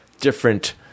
different